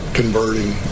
converting